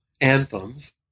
anthems